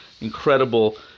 incredible